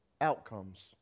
Outcomes